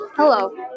Hello